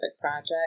project